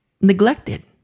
neglected